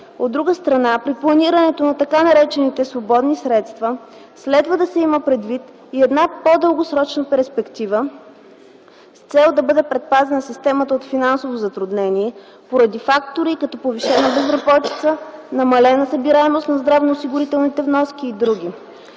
От друга страна при планирането на така наречените „свободни средства” следва да се има предвид и една по-дългосрочна перспектива с цел да бъде предпазена системата от финансово затруднение поради фактори като повишена безработица, намалена събираемост на здравноосигурителните вноски и други.